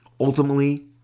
Ultimately